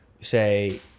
say